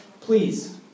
please